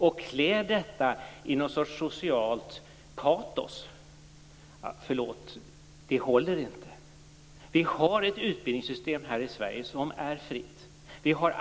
Detta klär han i någon sorts socialt patos. Förlåt, men det håller inte! Vi har ett utbildningssystem här i Sverige som är fritt.